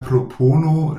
propono